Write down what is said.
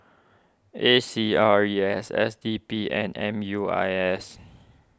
A C R E S S D P and M U I S